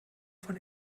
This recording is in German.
von